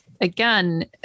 again